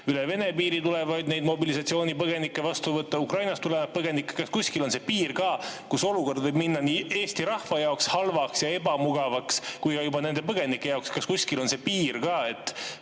üle Vene piiri tulevaid mobilisatsioonipõgenikke vastu võtta, neid Ukrainast tulevaid põgenikke. Kas kuskil on see piir, millest alates olukord võib minna nii Eesti rahva jaoks halvaks ja ebamugavaks kui ka juba nende põgenike jaoks? Kas kuskil on see piir?